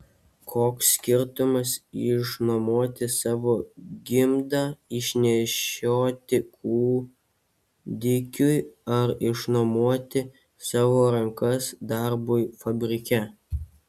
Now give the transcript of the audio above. koks skirtumas išnuomoti savo gimdą išnešioti kūdikiui ar išnuomoti savo rankas darbui fabrike